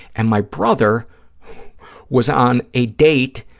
and my brother was on a date